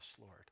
Lord